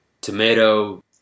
tomato